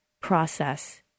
process